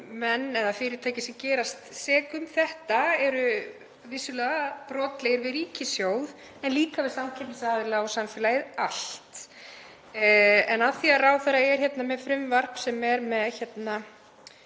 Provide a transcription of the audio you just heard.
menn eða fyrirtæki sem gerast sek um þetta eru vissulega brotleg við ríkissjóð en líka við samkeppnisaðila og samfélagið allt. En af því að ráðherra er hér með frumvarp sem er með alls